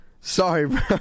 Sorry